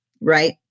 right